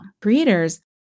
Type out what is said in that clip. Creators